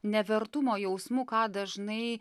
nevertumo jausmu ką dažnai